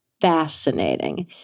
fascinating